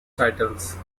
titles